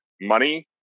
money